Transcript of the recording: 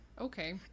okay